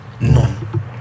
None